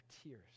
tears